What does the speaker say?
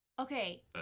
Okay